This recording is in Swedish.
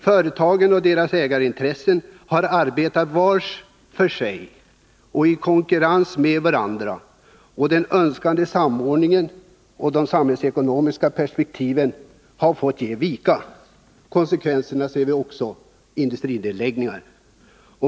Företagen och deras ägarintressen har arbetat var för sig och i konkurrens med varandra, och den önskade samordningen och de samhällsekonomiska perspektiven har fått ge vika. Konsekvensen har vi också sett — industrinedläggningar.